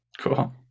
Cool